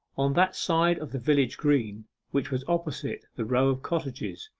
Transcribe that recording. on that side of the village-green which was opposite the row of cottages,